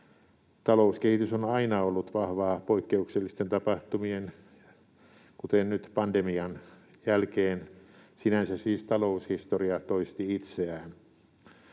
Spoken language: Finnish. Talouskehitys on aina ollut vahvaa poikkeuksellisten tapahtumien, kuten nyt pandemian, jälkeen. Sinänsä siis taloushistoria toisti itseään.